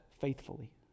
faithfully